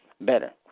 better